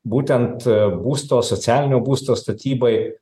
būtent būsto socialinio būsto statybai